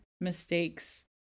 mistakes